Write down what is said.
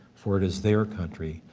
for it is their country,